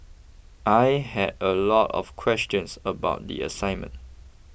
I had a lot of questions about the assignment